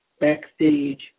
backstage